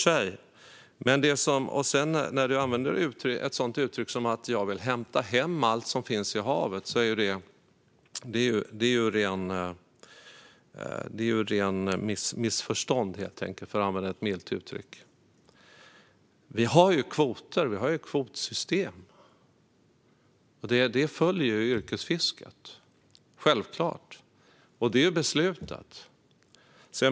Du uttrycker det som att jag vill hämta hem allt som finns i havet. Det är ju ren . Det är ett rent missförstånd, för att använda ett milt uttryck. Vi har ju kvoter. Vi har ett kvotsystem. Det följer yrkesfisket, självklart, och det är beslutat.